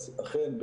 אכן,